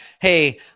hey